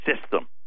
system